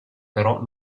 però